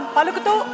Palukutu